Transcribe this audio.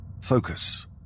focus